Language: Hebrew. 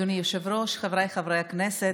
אדוני היושב-ראש, חבריי חברי הכנסת,